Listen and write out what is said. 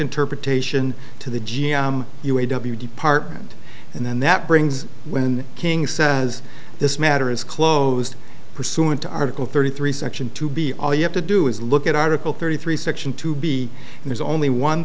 interpretation to the g m u a w department and then that brings when king says this matter is closed pursuant to article thirty three section to be all you have to do is look at article thirty three section two b there's only one